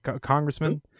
Congressman